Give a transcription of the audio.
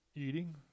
eating